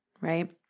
right